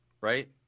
right